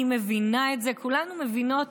אני מבינה את זה, כולנו מבינות